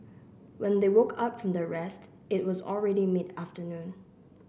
when they woke up from their rest it was already mid afternoon